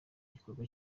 igikorwa